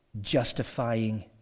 justifying